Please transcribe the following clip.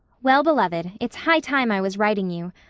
well-beloved, it's high time i was writing you.